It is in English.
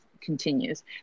continues